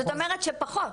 זאת אומרת שפחות.